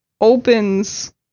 opens